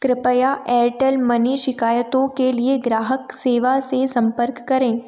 कृपया एयरटेल मनी शिकायतों के लिए ग्राहक सेवा से संपर्क करें